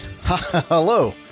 Hello